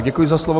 Děkuji za slovo.